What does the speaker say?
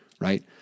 right